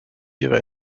ihre